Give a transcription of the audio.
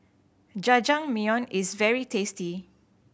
Jajangmyeon is very tasty